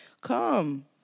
come